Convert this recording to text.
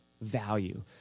value